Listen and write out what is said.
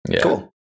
Cool